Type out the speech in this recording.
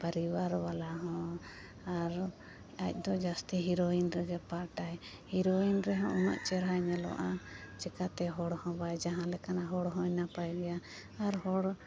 ᱯᱚᱨᱤᱵᱟᱨ ᱵᱟᱞᱟ ᱦᱚᱸ ᱟᱨ ᱟᱡ ᱫᱚ ᱡᱟᱹᱥᱛᱤ ᱦᱤᱨᱳᱭᱤᱱ ᱨᱮᱜᱮ ᱯᱟᱴᱟᱭ ᱦᱤᱨᱳᱭᱤᱱ ᱨᱮᱦᱚᱸ ᱩᱱᱟᱹᱜ ᱪᱮᱨᱦᱟᱭ ᱧᱮᱞᱚᱜᱼᱟ ᱪᱤᱠᱟᱹᱛᱮ ᱦᱚᱲ ᱦᱚᱸ ᱵᱟᱭ ᱡᱟᱦᱟᱸ ᱞᱮᱠᱟᱱᱟ ᱦᱚᱲ ᱦᱚᱸᱭ ᱱᱟᱯᱟᱭ ᱜᱮᱭᱟ ᱟᱨ ᱦᱚᱲ